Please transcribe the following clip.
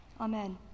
Amen